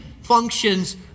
functions